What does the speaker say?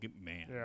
man